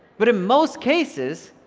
but in most cases,